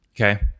Okay